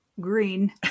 green